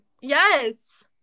yes